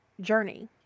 journey